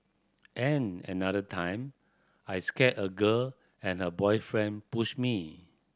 and another time I scared a girl and her boyfriend pushed me